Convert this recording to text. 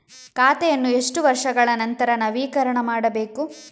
ಖಾತೆಯನ್ನು ಎಷ್ಟು ವರ್ಷಗಳ ನಂತರ ನವೀಕರಣ ಮಾಡಬೇಕು?